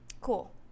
cool